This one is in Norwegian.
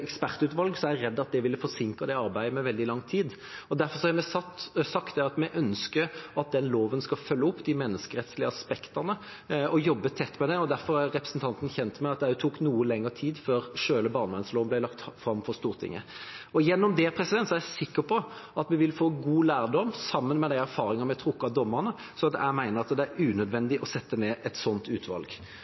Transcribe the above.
ekspertutvalg, er jeg redd det ville forsinket det arbeidet med veldig lang tid. Derfor har vi sagt at vi ønsker at den loven skal følge opp de menneskerettslige aspektene og jobbe tett med det. Derfor er representanten kjent med at det også tok noe lengre tid før selve barnevernsloven ble lagt fram for Stortinget. Gjennom det er jeg sikker på at vi vil få god lærdom, sammen med de erfaringene vi har trukket av dommene, så jeg mener det er unødvendig å sette ned et sånt utvalg.